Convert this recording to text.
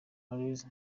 aloys